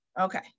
Okay